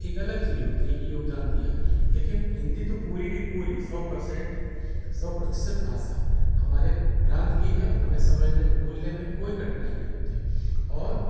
एक अलग चीज होती है कि योगदान दिया लेकिन हिन्दी तो पूरी कि पूरी सौ परसेंट सौ प्रतिशत भाषा हमारे प्रांत की है हमें समझने में बोलने में कोई कठिनाई नहीं होती और